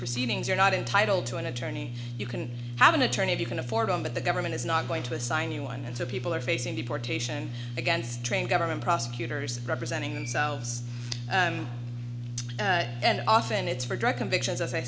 proceedings you're not entitled to an attorney you can have an attorney if you can afford them but the government is not going to assign you one and so people are facing deportation against trained government prosecutors representing themselves and often it's for drug convictions as i